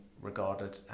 regarded